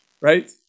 right